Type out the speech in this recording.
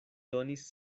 donis